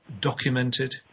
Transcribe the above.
documented